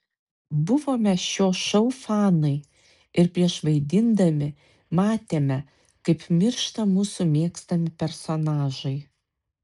buvome šio šou fanai ir prieš vaidindami matėme kaip miršta mūsų mėgstami personažai